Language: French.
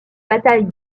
bataille